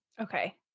Okay